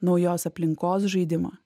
naujos aplinkos žaidimą